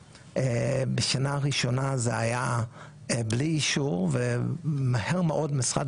בשנה הראשונה זה היה בלי אישור ומהר מאוד משרד